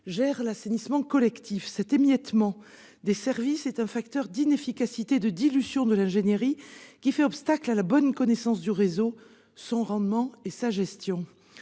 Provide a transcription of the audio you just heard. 000 l'assainissement collectif. Cet émiettement est un facteur d'inefficacité et de dilution de l'ingénierie, qui fait obstacle à la bonne connaissance du réseau, à son rendement et à sa bonne gestion.